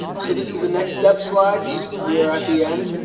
so this is the next step slides we are at the end.